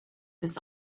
his